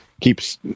keeps